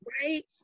Right